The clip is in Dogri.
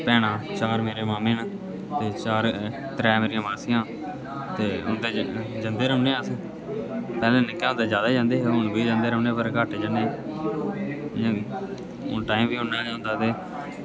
भैनां चार मेरे मामें न ते चार त्रै मेरियां मासियां ते उं'दे जंदे रौह्ने अस पैह्लें निक्के होंदे ज्यादे जंदे हे हून बी जंदे रौह्ने पर घट्ट जन्ने हून टाइम बी उन्ना गै होंदा ते